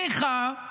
ניחא,